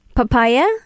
Papaya